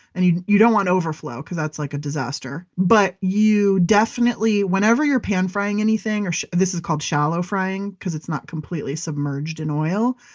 and you you don't want an overflow, because that's like a disaster. but you definitely, whenever you're pan frying anything, or this is called shallow frying because it's not completely submerged in oil,